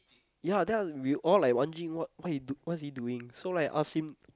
ya then after that we all like wandering what he what is he doing so like ask him